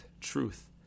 truth